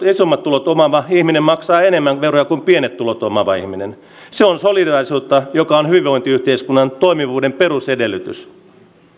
isommat tulot omaava ihminen maksaa enemmän veroja kuin pienet tulot omaava ihminen on solidaarisuutta joka on hyvinvointiyhteiskunnan toimivuuden perusedellytys